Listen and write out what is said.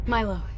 Milo